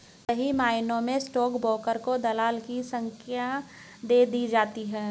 सही मायनों में स्टाक ब्रोकर को दलाल की संग्या दे दी जाती है